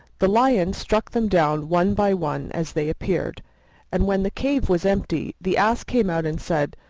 the lion struck them down one by one as they appeared and when the cave was empty the ass came out and said,